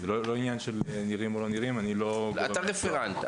אתה רפרנט.